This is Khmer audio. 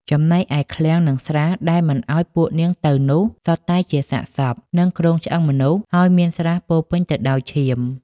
ចំណែកឯឃ្លាំង និងស្រះដែលមិនឲ្យពួកនាងទៅនោះ សុទ្ធតែជាសាកសព និងគ្រោងឆ្អឹងមនុស្ស ហើយមានស្រះពោរពេញទៅដោយឈាម។